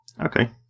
Okay